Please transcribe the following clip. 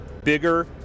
bigger